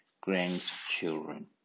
grandchildren